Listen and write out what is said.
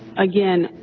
again.